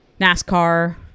nascar